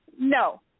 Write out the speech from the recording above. No